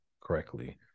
correctly